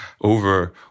over